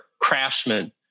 craftsmen